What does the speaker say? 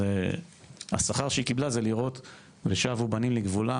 אז השכר שהיא קיבלה זה לראות ושבו בנים לגבולם.